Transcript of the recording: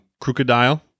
Crocodile